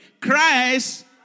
Christ